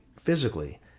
physically